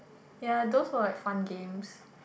ya those were like fun games